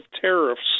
tariffs